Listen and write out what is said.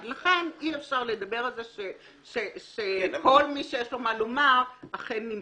אי אפשר לדבר על זה שכל מי שיש לו מה לומר אכן נמצא.